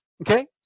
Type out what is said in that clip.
Okay